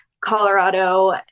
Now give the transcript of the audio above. Colorado